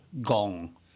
gong